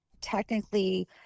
technically